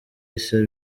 yise